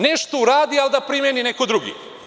Nešto uradi, ali da primeni neko drugi.